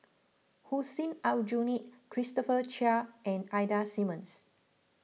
Hussein Aljunied Christopher Chia and Ida Simmons